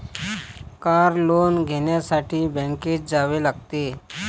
car loan घेण्यासाठी बँकेत जावे लागते